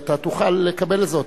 אתה תוכל לקבל זאת.